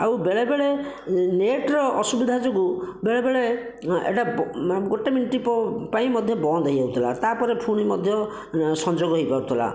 ଆଉ ବେଳେବେଳେ ନେଟ୍ର ଅସୁବିଧା ଯୋଗୁଁ ବେଳେବେଳେ ଏଟା ଗୋଟିଏ ମିନିଟ ପ ପାଇଁ ମଧ୍ୟ ବନ୍ଦ ହୋଇଯାଉଥିଲା ତା ପରେ ପୁଣି ମଧ୍ୟ ସଂଯୋଗ ହୋଇପାରୁଥିଲା